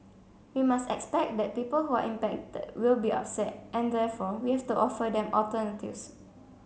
we must expect that people who are impacted will be upset and therefore we have to offer them alternatives